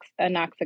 anoxic